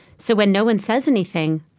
so when no one says anything,